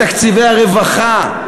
את תקציבי הרווחה.